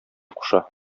куша